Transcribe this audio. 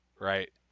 Right